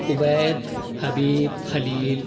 Ubaid Habib Khalil